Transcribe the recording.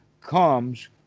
comes